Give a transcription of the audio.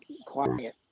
quiet